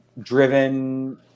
driven